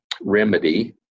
remedy